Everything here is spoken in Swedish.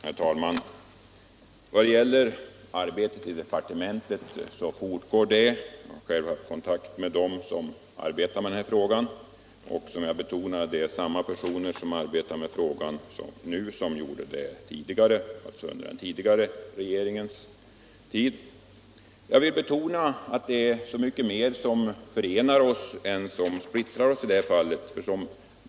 Herr talman! Vad beträffar arbetet i departementet så fortgår det. Jag har själv haft kontakt med dem som arbetar med den här frågan — det är samma personer nu som under den förra regeringens tid. Jag vill betona att det är mycket mer som förenar oss än som splittrar oss i det här fallet.